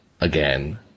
again